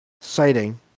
sighting